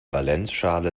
valenzschale